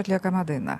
atliekama daina